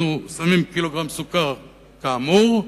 אנחנו שמים קילוגרם סוכר כאמור,